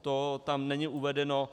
To tam není uvedeno.